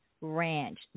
ranch